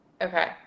okay